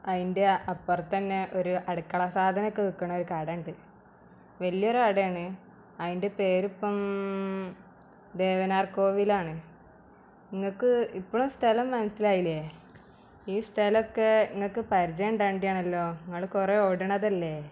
അതിൻ്റെ അപ്പറത്തന്നെ ഒരു അടുക്കള സാധനമൊക്കെ വിൽക്കണ ഒര് കടേണ്ട് വലിയൊരു കടയാണ് അതിൻ്റെ പേരിപ്പം ദേവനാർ കോവിലാണ് നിങ്ങക്ക് ഇപ്പളാ സ്ഥലം മൻസ്സിലായില്ലേ ഈ സ്ഥലമൊക്കെ ഇങ്ങക്ക് പരിചയോണ്ടാവേണ്ടയാണല്ലോ ഇങ്ങൾ കുറെ ഓടണതല്ലേ